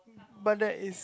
but there is